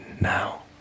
now